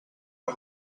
per